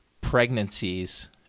pregnancies